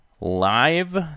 live